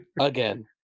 Again